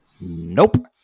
Nope